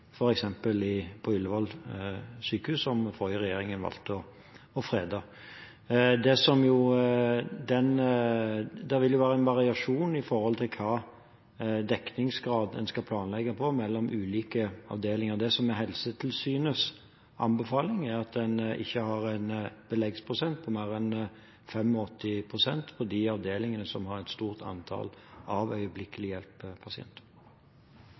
bygg, f.eks. på Ullevål sykehus, som den forrige regjeringen valgte å frede. Det vil jo være en variasjon med hensyn til hvilken dekningsgrad en skal planlegge for mellom ulike avdelinger. Det som er Helsetilsynets anbefaling, er at en ikke har en beleggsprosent på mer enn 85 pst. på de avdelingene som har et stort antall av øyeblikkelig